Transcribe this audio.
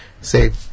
save